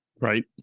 right